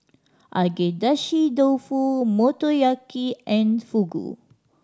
Agedashi Dofu Motoyaki and Fugu